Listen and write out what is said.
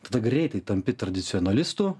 tada greitai tampi tradicionalistu